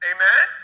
Amen